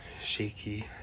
shaky